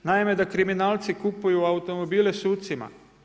Naime, da kriminalci kupuju automobile sucima.